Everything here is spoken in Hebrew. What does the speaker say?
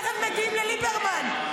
תכף מגיעים לליברמן.